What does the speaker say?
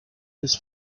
his